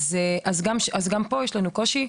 הארץ, שם הרוב מתגוררים בבניינים.